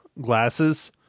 glasses